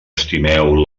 estimeu